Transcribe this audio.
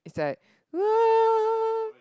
it's like